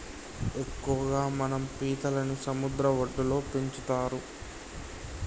ఎక్కువగా మనం పీతలని సముద్ర వడ్డులో పెంచుతరు